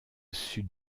sud